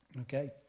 Okay